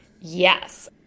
Yes